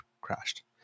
crashed